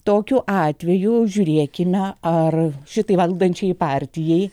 tokiu atveju žiūrėkime ar šitai valdančiajai partijai